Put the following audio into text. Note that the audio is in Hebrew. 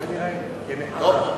כנראה כן, כמחאה.